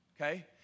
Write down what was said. Okay